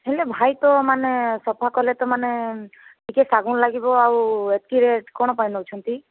ହେଲେ ଭାଇ ତ ମାନେ ସଫା କଲେ ତ ମାନେ ଟିକିଏ ସାବୁନ ଲାଗିବ ଏତ୍କି ରେଟ୍ କ'ଣ ପାଇଁ ନେଉଛନ୍ତି